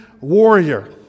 warrior